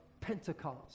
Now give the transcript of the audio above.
Pentecost